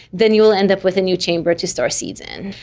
then you will end up with a new chamber to store seeds in.